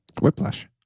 whiplash